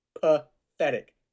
Pathetic